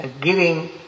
giving